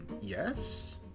yes